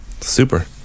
Super